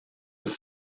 have